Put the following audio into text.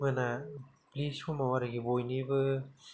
मोनानि समाव आरोखि बयनिबो